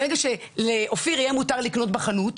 ברגע שלאופיר יהיה מותר לקנות בחנות,